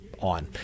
on